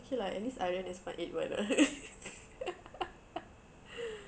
okay lah at least I rent a smart eight one lah